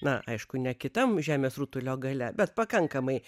na aišku ne kitam žemės rutulio gale bet pakankamai